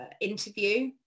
interview